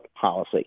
policy